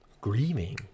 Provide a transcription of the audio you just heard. grieving